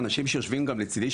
גם האנשים שיושבים לצידי,